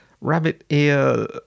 rabbit-ear